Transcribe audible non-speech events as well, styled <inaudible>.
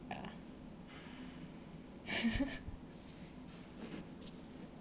ya <laughs>